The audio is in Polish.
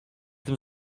tym